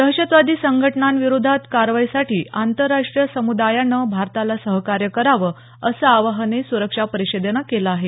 दहशतवादी संघटनांविरोधात कारवाईसाठी आंतरराष्ट्रीय समुदायानं भारताला सहकार्य करावं असं आवाहनही सुरक्षा परिषदेनं केलं आहे